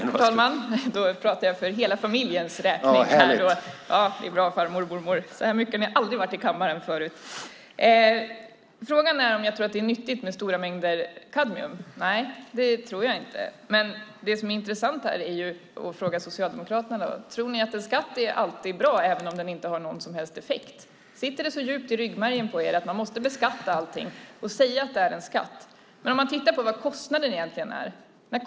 Herr talman! Då pratar jag för hela familjens räkning. Det är bra, farmor och mormor! Så här mycket har ni aldrig varit i kammaren förut! Frågan är om jag tror att det är nyttigt med stora mängder kadmium. Nej, det tror jag inte. Men det som är intressant är att fråga Socialdemokraterna: Tror ni att en skatt alltid är bra, även om den inte har någon som helst effekt? Sitter det så djupt i ryggmärgen på er att man måste beskatta allting och säga att det är en skatt? Låt oss titta på hur stor kostnaden egentligen är!